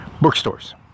bookstores